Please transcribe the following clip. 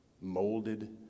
Molded